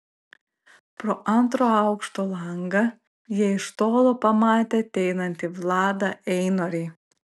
pro antro aukšto langą jie iš tolo pamatė ateinantį vladą einorį